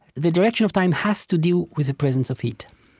the direction of time has to do with the presence of heat